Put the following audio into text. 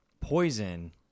poison